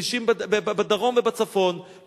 בכבישים בדרום ובצפון,